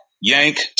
Yank